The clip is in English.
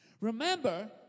Remember